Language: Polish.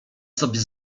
sobie